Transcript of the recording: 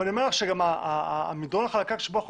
ואני אומר לך שגם המדרון החלקלק שבו אנחנו